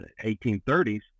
1830s